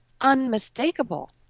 unmistakable